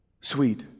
sweet